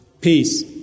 peace